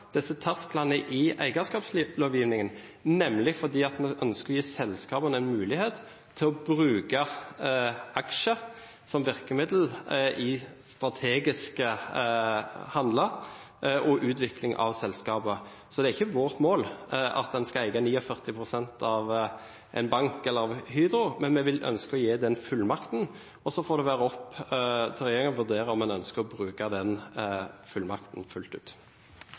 disse tersklene i eierskapslovgivningen, fordi vi ønsker å gi selskapene en mulighet til å bruke aksjer som virkemiddel i strategiske handler og utvikling av selskaper. Så det er ikke vårt mål at en skal eie 49 pst. av en bank eller av Hydro, men vi ønsker å gi den fullmakten. Så får det være opp til regjeringen å vurdere om en ønsker å bruke den fullmakten fullt ut.